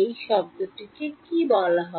এই শব্দটিকে কী বলা হবে